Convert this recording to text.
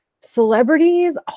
celebrities